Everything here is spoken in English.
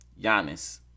Giannis